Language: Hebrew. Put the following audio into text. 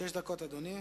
שבע דקות, אדוני.